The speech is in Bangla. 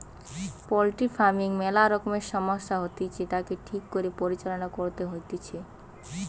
পোল্ট্রি ফার্মিং ম্যালা রকমের সমস্যা হতিছে, তাকে ঠিক করে পরিচালনা করতে হইতিছে